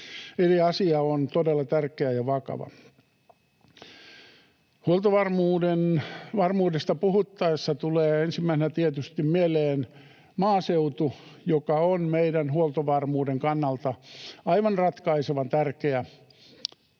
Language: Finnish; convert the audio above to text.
Eli asia on todella tärkeä ja vakava. Huoltovarmuudesta puhuttaessa tulee ensimmäisenä tietysti mieleen maaseutu, joka on meidän huoltovarmuuden kannalta aivan ratkaisevan tärkeä